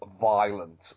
violent